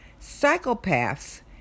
Psychopaths